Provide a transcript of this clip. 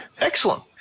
Excellent